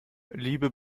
liebe